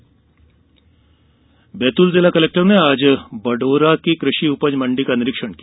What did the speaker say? मंडी निरिक्षण बैतूल जिला कलेक्टर ने आज बडोरा की कृषि उपज मण्डी का निरीक्षण किया